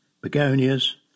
begonias